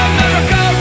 America